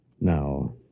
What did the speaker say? Now